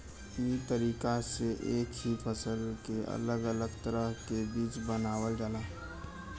ई तरीका से एक ही फसल के अलग अलग तरह के बीज बनावल जाला